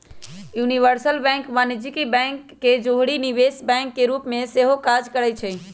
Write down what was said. universal bank वाणिज्यिक bank के जौरही निवेश बैंक के रूप में सेहो काज करइ छै